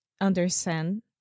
understand